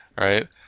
right